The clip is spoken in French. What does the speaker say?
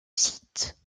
site